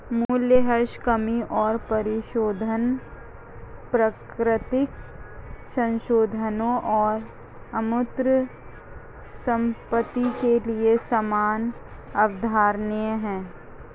मूल्यह्रास कमी और परिशोधन प्राकृतिक संसाधनों और अमूर्त संपत्ति के लिए समान अवधारणाएं हैं